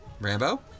Rambo